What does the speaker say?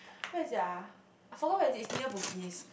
where is it ah I forgot where is it is near Bugis